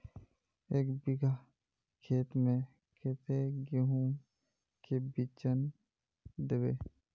एक बिगहा खेत में कते गेहूम के बिचन दबे?